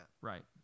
Right